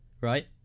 right